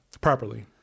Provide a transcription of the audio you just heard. properly